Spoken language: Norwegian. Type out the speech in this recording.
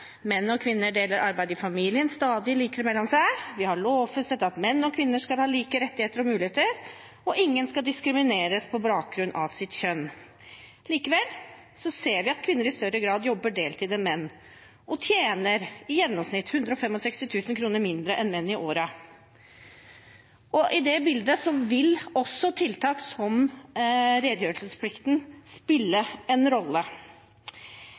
Menn og kvinner deler arbeidet i familien stadig likere mellom seg. Vi har lovfestet at menn og kvinner skal ha like rettigheter og muligheter, og ingen skal diskrimineres på bakgrunn av sitt kjønn. Likevel ser vi at kvinner i større grad enn menn jobber deltid, og de tjener i gjennomsnitt 165 000 kr mindre enn menn i året. I det bildet vil også tiltak som redegjørelsesplikten spille en rolle.